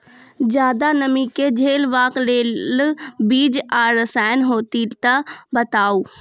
ज्यादा नमी के झेलवाक लेल बीज आर रसायन होति तऽ बताऊ?